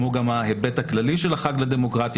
כמו גם ההיבט הכללי של החג לדמוקרטיה,